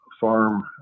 farm